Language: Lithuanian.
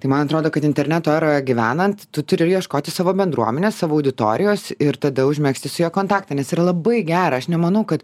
tai man atrodo kad interneto eroje gyvenant tu turi ieškoti savo bendruomenės savo auditorijos ir tada užmegzti su juo kontaktą nes yra labai gera aš nemanau kad